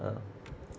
ah